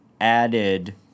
added